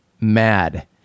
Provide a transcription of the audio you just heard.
mad